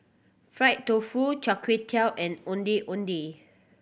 fried tofu Char Kway Teow and Ondeh Ondeh